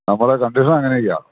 നമ്മെടെ condition അങ്ങനെയൊക്കെയാണ്